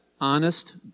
honest